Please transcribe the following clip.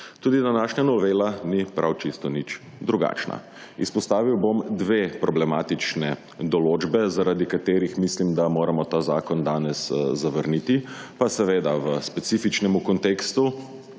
Tudi današnja novela ni prav čisto nič drugačna. Izpostavil bom dve problematični določbi, zaradi katerih mislim, da moramo ta zakon danes zavrniti, pa seveda v specifičnem kontekstu,